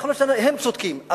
יכול להיות שהם צודקים,